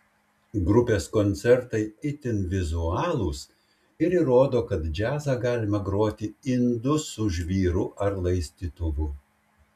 grupės koncertai itin vizualūs ir įrodo kad džiazą galima groti indu su žvyru ar laistytuvu